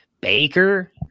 Baker